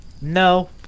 No